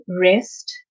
rest